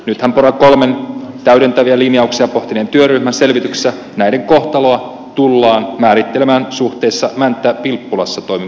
nythän pora iiin täydentäviä linjauksia pohtineen työryhmän selvityksissä näiden kohtaloa tullaan määrittelemään suhteessa mänttä vilppulassa toimivaan poliisiasemaan